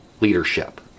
leadership